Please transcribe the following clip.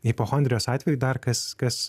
hipochondrijos atveju dar kas kas